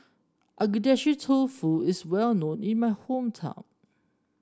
Agedashi Dofu is well known in my hometown